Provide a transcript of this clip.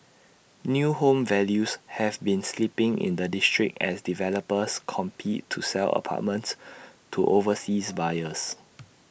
new home values have been slipping in the district as developers compete to sell apartments to overseas buyers